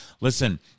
Listen